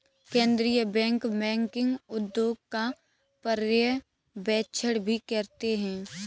केन्द्रीय bank banking उद्योग का पर्यवेक्षण भी करते हैं